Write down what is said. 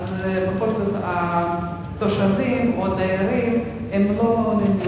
אם זה מג"א, מתקן גישה אלחוטי, שדיברנו על כך שהוא